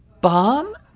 Bomb